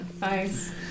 Nice